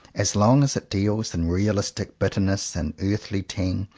as long as it deals, in realistic bitterness and earthly tang,